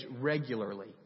regularly